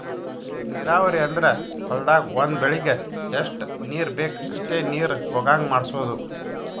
ನೀರಾವರಿ ಅಂದ್ರ ಹೊಲ್ದಾಗ್ ಒಂದ್ ಬೆಳಿಗ್ ಎಷ್ಟ್ ನೀರ್ ಬೇಕ್ ಅಷ್ಟೇ ನೀರ ಹೊಗಾಂಗ್ ಮಾಡ್ಸೋದು